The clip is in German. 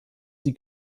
sie